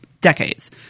decades